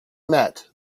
met